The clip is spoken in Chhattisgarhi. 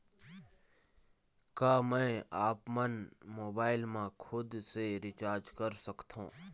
का मैं आपमन मोबाइल मा खुद से रिचार्ज कर सकथों?